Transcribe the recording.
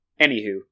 Anywho